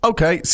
Okay